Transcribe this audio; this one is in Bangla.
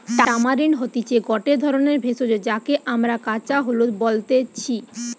টামারিন্ড হতিছে গটে ধরণের ভেষজ যাকে আমরা কাঁচা হলুদ বলতেছি